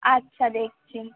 আচ্ছা দেখছি